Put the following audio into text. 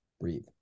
breathe